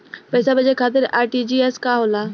पैसा भेजे खातिर आर.टी.जी.एस का होखेला?